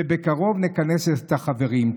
ובקרוב נכנס את החברים.